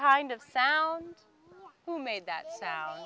kind of sound who made that sound